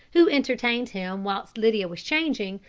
who entertained him whilst lydia was changing,